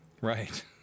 right